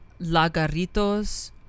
Lagarritos